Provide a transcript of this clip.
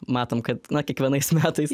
matom kad na kiekvienais metais